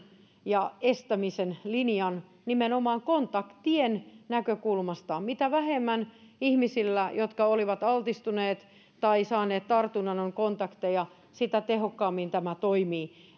ja estämisen linjan nimenomaan kontaktien näkökulmasta mitä vähemmän ihmisillä jotka ovat altistuneet tai saaneet tartunnan on kontakteja sitä tehokkaammin tämä toimii